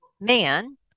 man